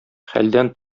хәлдән